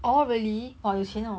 ya